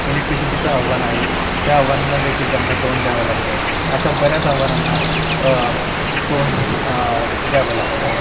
इलेक्ट्रिसिटीच आव्हान आहे त्या आव्हानांना देखील त्यांना तोंड द्यावं लागतं अशा बऱ्याच आव्हानांना तोंड द्यावं लागतं